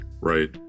Right